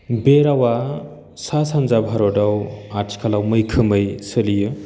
बे रावा सा सान्जा भारताव आथिखालाव मैखोमै सोलियो